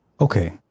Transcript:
Okay